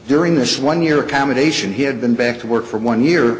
during this one year accommodation he had been back to work for one year